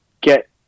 get